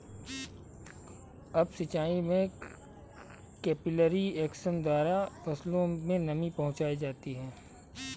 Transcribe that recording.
up सिचाई में capillary action द्वारा फसलों में नमी पहुंचाई जाती है